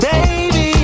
Baby